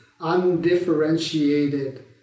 undifferentiated